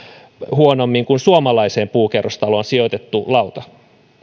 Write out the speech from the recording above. huonommin kuin suomalaiseen puukerrostaloon sijoitettu lauta